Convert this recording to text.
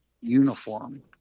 uniform